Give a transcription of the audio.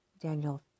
Daniel